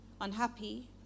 unhappy